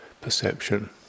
perception